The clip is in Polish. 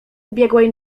ubiegłej